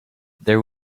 there